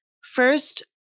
First